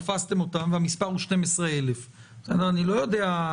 תפסתם אותו והמספר הוא 12,000. אני לא יודע,